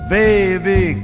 baby